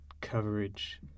coverage